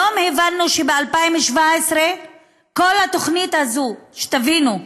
היום הבנו שב-2017 כל התוכנית הזאת, שתבינו,